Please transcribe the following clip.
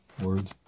Words